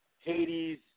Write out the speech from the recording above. Hades